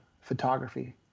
photography